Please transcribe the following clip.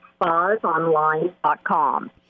spasonline.com